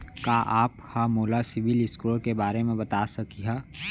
का आप हा मोला सिविल स्कोर के बारे मा बता सकिहा?